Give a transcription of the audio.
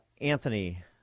Anthony